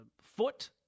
foot